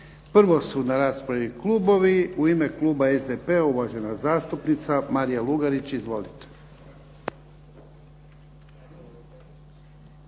Prvo su na raspravi klubovi. U ime kluba SDP-a, uvažena zastupnica Marija Lugarić. Izvolite.